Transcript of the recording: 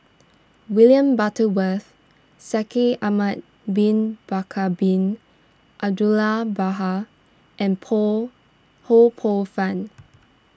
William Butterworth Shaikh Ahmad Bin Bakar Bin Abdullah and Poh Ho Poh Fun